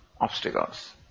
obstacles